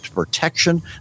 Protection